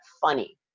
funny